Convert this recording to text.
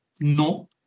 no